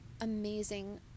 Amazing